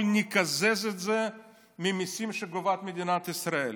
נקזז את זה ממיסים שגובה מדינת ישראל.